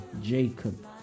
Jacob